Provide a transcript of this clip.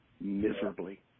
miserably